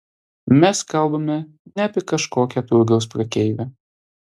mes kalbame ne apie kažkokią turgaus prekeivę